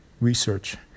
research